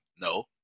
No